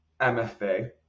MFA